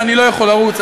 ואני לא יכול לרוץ.